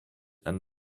and